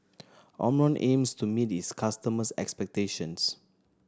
Omron aims to meet its customers' expectations